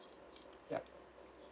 ya